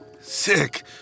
Sick